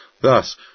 Thus